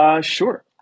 Sure